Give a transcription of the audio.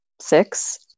Six